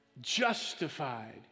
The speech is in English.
justified